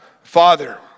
Father